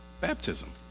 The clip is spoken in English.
Baptism